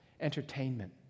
entertainment